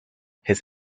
his